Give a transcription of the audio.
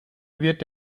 wird